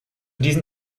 diesen